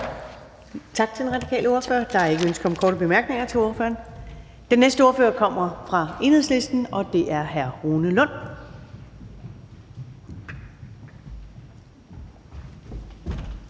Tak til den radikale ordfører. Der er ikke ønske om korte bemærkninger til ordføreren. Den næste ordfører kommer fra Enhedslisten, og det er hr. Rune Lund.